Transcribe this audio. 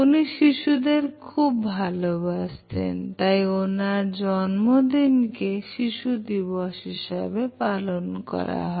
উনি শিশুদের খুব ভালোবাসতেন তাই ওনার জন্মদিনকে শিশু দিবস হিসাবে পালন করা হয়